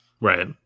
right